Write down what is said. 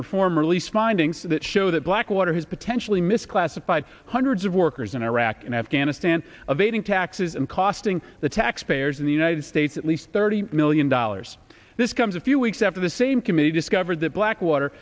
reform released findings that show that blackwater has potentially misclassified hundreds of workers in iraq and afghanistan evading taxes and costing the taxpayers in the united states at least thirty million dollars this comes a few weeks after the same committee discovered that blackwater